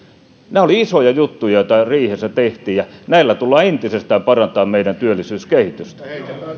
nämä olivat isoja juttuja joita riihessä tehtiin ja näillä tullaan entisestään parantamaan meidän työllisyyskehitystä